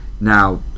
Now